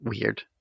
weird